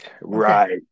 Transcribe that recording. right